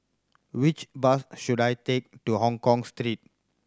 which bus should I take to Hongkong Street